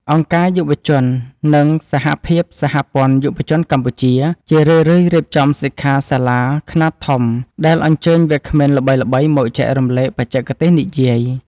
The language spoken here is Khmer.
អង្គការយុវជន និងសហភាពសហព័ន្ធយុវជនកម្ពុជា ជារឿយៗរៀបចំសិក្ខាសាលាខ្នាតធំដែលអញ្ជើញវាគ្មិនល្បីៗមកចែករំលែកបច្ចេកទេសនិយាយ។